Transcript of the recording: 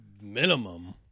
minimum